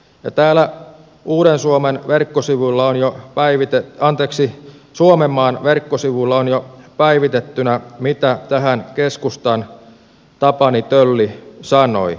jo tällä uuden suomen verkkosivullaan ja päivite täällä suomenmaan verkkosivuilla on jo päivitettynä mitä tähän keskustan tapani tölli sanoi